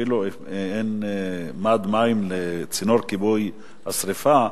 אפילו אם אין מד מים לצינור כיבוי השרפה,